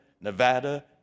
Nevada